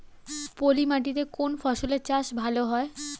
পলি মাটিতে কোন ফসলের চাষ ভালো হয়?